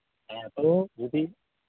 ᱦᱮᱸᱛᱚ ᱡᱩᱫᱤ